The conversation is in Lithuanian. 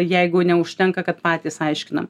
jeigu neužtenka kad patys aiškinam